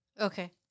Okay